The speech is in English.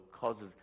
causes